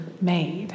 made